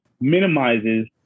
minimizes